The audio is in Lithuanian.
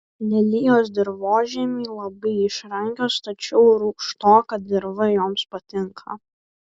lelijos dirvožemiui labai išrankios tačiau rūgštoka dirva joms patinka